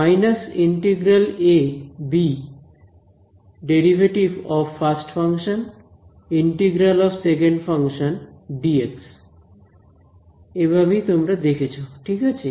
minus integral A B derivative of first function integral of second function D X Minus integral ab derivative of first function integral of second function dx এভাবেই তোমরা দেখেছো ঠিক আছে